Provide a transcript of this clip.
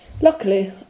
Luckily